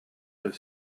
have